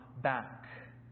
back